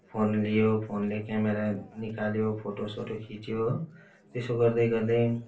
phone लियो फोनले camera निकाल्यो फोटो सोटो खिच्यो हो त्यसो गर्दै गर्दै